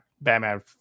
Batman